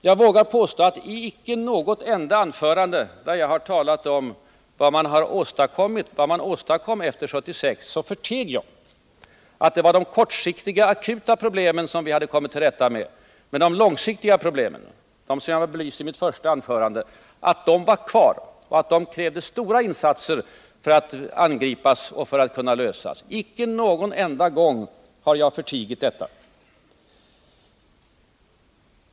Jag vågar påstå att icke i något enda anförande där jag har talat om vad man åstadkom 1976 har jag förtigit att det var de kortsiktiga, akuta problemen som vi kommit till rätta med men att de långsiktiga problemen — som jag belyste i mitt första anförande — var kvar och krävde stora insatser för att angripas och för att kunna lösas. Icke någon enda gång har jag förtigit detta.